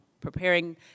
preparing